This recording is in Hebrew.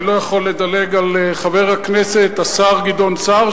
אני לא יכול לדלג על חבר הכנסת השר גדעון סער,